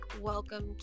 welcome